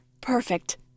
perfect